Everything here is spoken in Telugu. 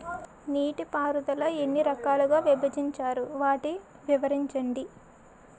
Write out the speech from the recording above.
నీటిపారుదల ఎన్ని రకాలుగా విభజించారు? వాటి వివరించండి?